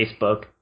Facebook